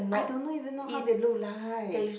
I don't know even know how they look like